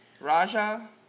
Raja